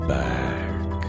back